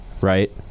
right